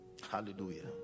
Hallelujah